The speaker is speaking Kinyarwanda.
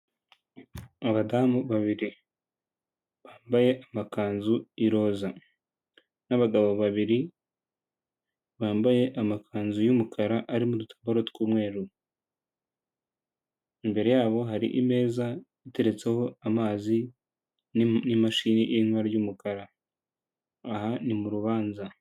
Abadamu babiri bambaye amakanzu y'iroza n'abagabo babiri bambaye amakanzu y'umukara arimo utuboro tw'umweru, imbere yabo hari imeza iteretseho amazi n'imashini irimo ibara ry'umukara aha ni mu rubanza.